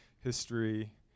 history